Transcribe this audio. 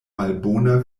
malbona